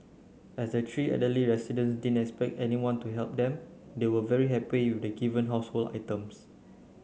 as the three elderly residents didn't expect anyone to help them they were very happy the given household items